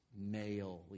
male